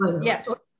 Yes